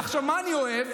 עכשיו, מה אני אוהב?